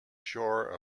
shore